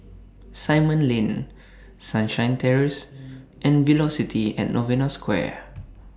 Simon Lane Sunshine Terrace and Velocity At Novena Square